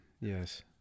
yes